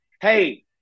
hey